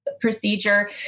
procedure